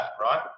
right